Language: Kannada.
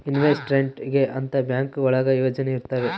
ಇನ್ವೆಸ್ಟ್ಮೆಂಟ್ ಗೆ ಅಂತ ಬ್ಯಾಂಕ್ ಒಳಗ ಯೋಜನೆ ಇರ್ತವೆ